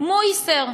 "מויסר",